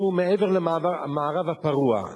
אנחנו מעבר למערב הפרוע.